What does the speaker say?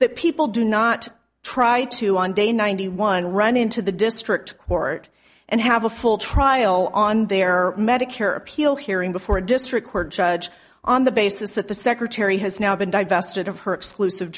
that people do not try to on day ninety one run into the district court and have a full trial on their medicare appeal hearing before a district court judge on the basis that the secretary has now been divested of her exclusive